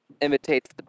imitates